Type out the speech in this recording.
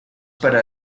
para